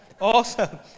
Awesome